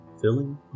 Filling